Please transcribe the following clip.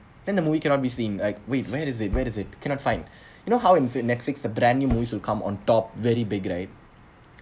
then the movie cannot be seen like wait where is it where is it cannot find you know how is it netflix a brand new movies will come on top very big right